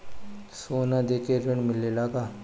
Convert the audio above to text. सोना देके ऋण मिलेला का?